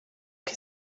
que